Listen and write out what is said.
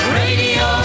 radio